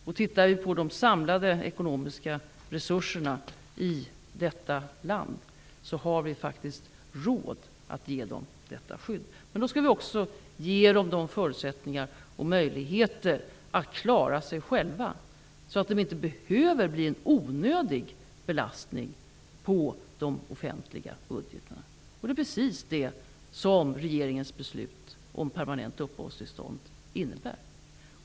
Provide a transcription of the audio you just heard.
Om vi tittar på de samlade ekonomiska resurserna i detta land har vi faktiskt råd att ge dem detta skydd. Men då skall vi också ge dem förutsättningar och möjligheter att klara sig själva, så att de inte behöver bli en onödig belastning på de offentliga budgetarna. Det är precis det regeringens beslut om permanent uppehållstillstånd innebär.